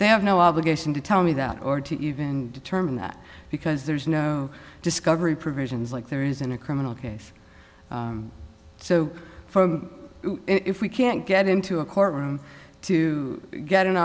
they have no obligation to tell me that or to even determine that because there is no discovery provisions like there is in a criminal case so for if we can't get into a courtroom to get an